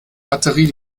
batterie